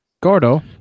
Gordo